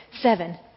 seven